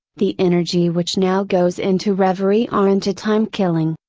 the energy which now goes into reverie or into time killing,